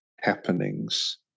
happenings